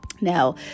Now